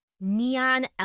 neon